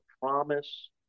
promise